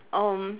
um